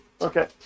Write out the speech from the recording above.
Okay